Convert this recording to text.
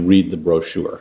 read the brochure